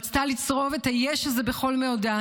רצתה לצרוב את היש הזה בכל מאודה,